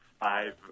five